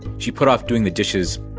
she put off doing the dishes,